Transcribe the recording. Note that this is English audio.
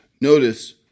Notice